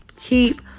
keep